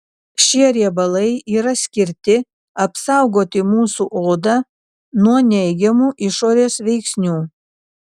šie riebalai yra skirti apsaugoti mūsų odą nuo neigiamų išorės veiksnių